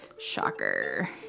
shocker